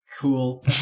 cool